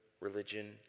religion